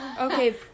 Okay